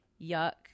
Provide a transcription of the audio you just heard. yuck